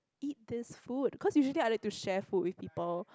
eat this food cause usually I'll like to share food with people